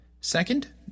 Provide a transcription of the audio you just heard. Second